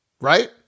Right